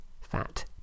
fat